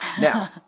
Now